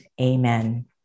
Amen